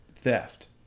theft